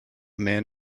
man